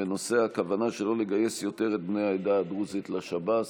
בנושא: הכוונה שלא לגייס יותר את בני העדה הדרוזית לשב"ס.